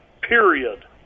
period